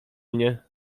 mnie